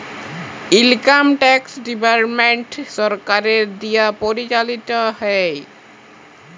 income tax department সরকারের দিয়া পরিচালিত হ্যয়